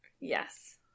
yes